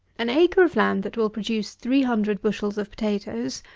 an acre of land that will produce three hundred bushels of potatoes,